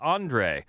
Andre